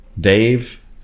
Dave